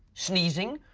sneezing,